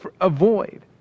avoid